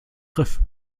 griff